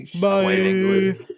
Bye